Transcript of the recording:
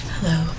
Hello